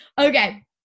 Okay